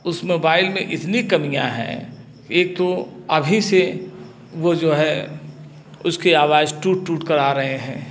उस मोबाइल में इतनी कमियाँ हैं एक तो अभी से वो जो है उसकी आवाज़ टूट टूट कर आ रहे हैं